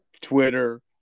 Twitter